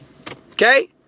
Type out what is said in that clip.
Okay